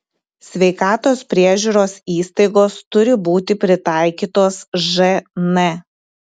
sveikatos priežiūros įstaigos turi būti pritaikytos žn